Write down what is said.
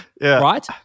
right